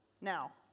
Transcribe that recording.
now